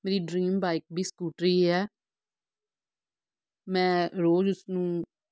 ਮੇਰੀ dream bike ਵੀ scooty ਹੀ ਹੈ ਮੈਂ ਰੋਜ਼ ਉਸਨੂੰ